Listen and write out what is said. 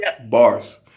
Bars